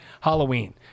Halloween